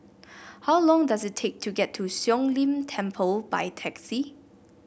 how long does it take to get to Siong Lim Temple by taxi